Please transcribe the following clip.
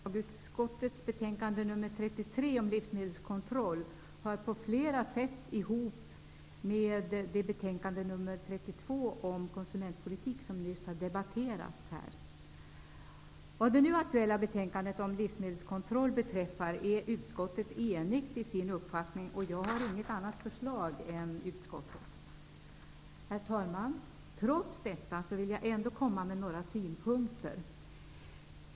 Herr talman! Lagutskottets betänkande nr 33 om livsmedelskontroll hör på flera sätt ihop med det betänkande nr 32 om konsumentpolitik som nyss debattterats här. Vad det nu aktuella betänkandet om livsmedelskontroll beträffar är dock utskottet enigt i sin uppfattning, och jag har inget annat förslag än utskottets. Trots detta vill jag ändå komma med några synpunkter.